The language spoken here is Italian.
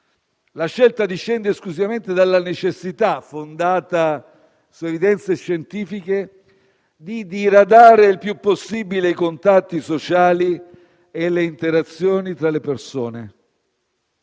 La scelta discende esclusivamente dalla necessità, fondata su evidenze scientifiche, di diradare il più possibile i contatti sociali e le interazioni tra le persone.